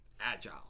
Agile